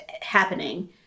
happening